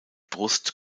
brust